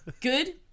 Good